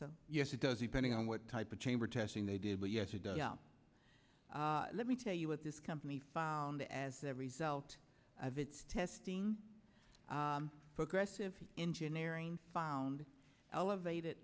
so yes it does the pending on what type of chamber testing they do but yesterday let me tell you what this company found as a result of its testing progressive engineering found elevated